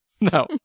No